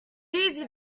easy